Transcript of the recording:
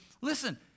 listen